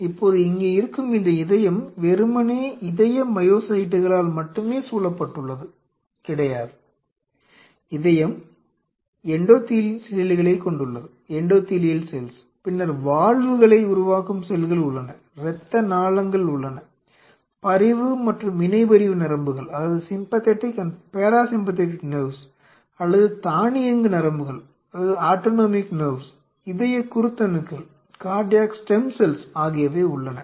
இப்போது இங்கே இருக்கும் இந்த இதயம் வெறுமனே இதய மையோசைட்டுகளால் மட்டுமே சூழப்பட்டுள்ளது கிடையாது இதயம் எண்டோதீலியல் செல்களைக் கொண்டுள்ளது பின்னர் வால்வுகளை உருவாக்கும் செல்கள் உள்ளன இரத்த நாளங்கள் உள்ளன பரிவு மற்றும் இணை பரிவு நரம்புகள் அல்லது தானியங்கு நரம்புகள் இதய குருத்தணுக்கள் ஆகியவை உள்ளன